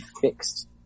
fixed